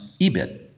EBIT